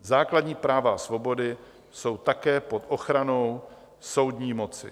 Základní práva a svobody jsou také pod ochranou soudní moci.